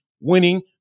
winning